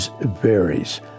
varies